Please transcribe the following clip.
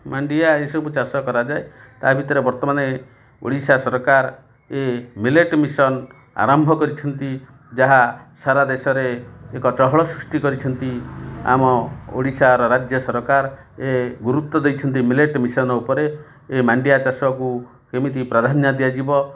ମାଣ୍ଡିଆ ଏସବୁ ଚାଷ କରାଯାଏ ତା ଭିତରେ ବର୍ତ୍ତମାନ ଓଡ଼ିଶା ସରକାର ଏ ମିଲେଟ୍ ମିସନ୍ ଆରମ୍ଭ କରିଛନ୍ତି ଯାହା ସାରା ଦେଶରେ ଏକ ଚହଳ ସୃଷ୍ଟି କରିଛନ୍ତି ଆମ ଓଡ଼ିଶାର ରାଜ୍ୟ ସରକାର ଏ ଗୁରୁତ୍ୱ ଦେଇଛନ୍ତି ମିଲେଟ୍ ମିସନ୍ ଉପରେ ଏ ମାଣ୍ଡିଆ ଚାଷକୁ କେମିତି ପ୍ରାଧାନ୍ୟ ଦିଆଯିବ